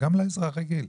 אבל לאזרח רגיל,